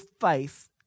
faith